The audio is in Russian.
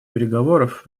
переговоров